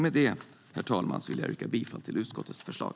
Med det, herr talman, vill jag yrka bifall till utskottets förslag.